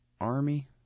army